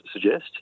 suggest